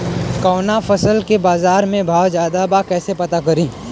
कवना फसल के बाजार में भाव ज्यादा बा कैसे पता करि?